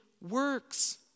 works